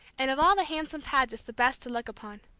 and of all the handsome pagets the best to look upon.